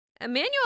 Emmanuel